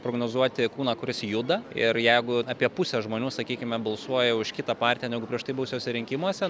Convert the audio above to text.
prognozuoti kūną kuris juda ir jeigu apie pusė žmonių sakykime balsuoja už kitą partiją negu prieš tai buvusiuose rinkimuose